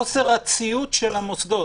חוסר הציות של המוסדות.